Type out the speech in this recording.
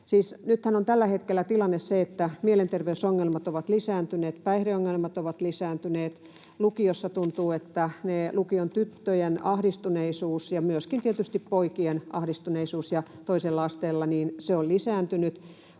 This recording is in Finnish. nythän on tällä hetkellä tilanne se, että mielenterveysongelmat ovat lisääntyneet, päihdeongelmat ovat lisääntyneet. Lukiossa ja toisella asteella tuntuu, että lukion tyttöjen ahdistuneisuus ja myöskin tietysti poikien ahdistuneisuus on lisääntynyt.